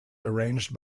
arranged